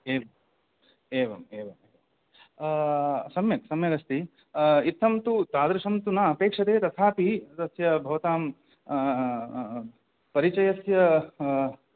एवम् एवम् एवम् सम्यक् सम्यगस्ति इत्थं तु तादृशं तु न अपेक्षते तथापि तस्य भवतां परिचयस्य